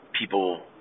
people